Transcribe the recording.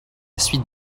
suite